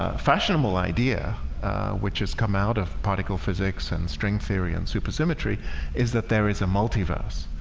ah fashionable idea which has come out of particle physics and string theory and supersymmetry is that there is a multiverse